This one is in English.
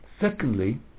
Secondly